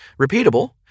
repeatable